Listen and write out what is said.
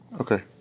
Okay